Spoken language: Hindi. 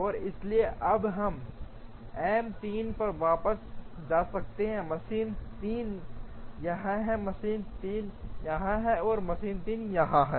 और इसलिए अब हम एम 3 पर वापस जा सकते हैं मशीन 3 यहाँ है मशीन 3 यहाँ है और मशीन 3 यहाँ है